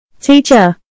Teacher